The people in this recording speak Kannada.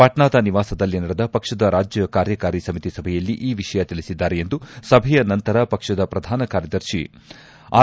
ಪಾಟ್ನಾದ ನಿವಾಸದಲ್ಲಿ ನಡೆದ ಪಕ್ಷದ ರಾಜ್ಯ ಕಾರ್ಯಕಾರಿ ಸಮಿತಿ ಸಭೆಯಲ್ಲಿ ಈ ವಿಷಯ ತಿಳಿಸಿದ್ದಾರೆ ಎಂದು ಸಭೆಯ ನಂತರ ಪಕ್ಷದ ಪ್ರಧಾನ ಕಾರ್ಯದರ್ಶಿ ಆರ್